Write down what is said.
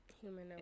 Human